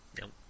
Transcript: Nope